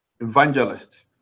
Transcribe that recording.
evangelist